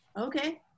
Okay